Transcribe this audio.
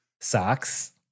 Socks